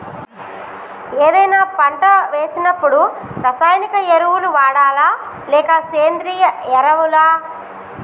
ఏదైనా పంట వేసినప్పుడు రసాయనిక ఎరువులు వాడాలా? లేక సేంద్రీయ ఎరవులా?